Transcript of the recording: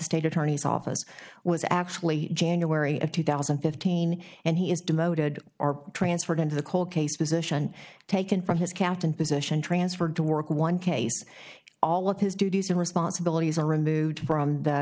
state attorney's office was actually january of two thousand and fifteen and he is demoted or transferred into the cold case position taken from his captain position transferred to work one case all of his duties and responsibilities are removed from the